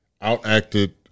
out-acted